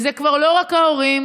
זה כבר לא רק ההורים,